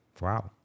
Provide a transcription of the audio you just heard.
Wow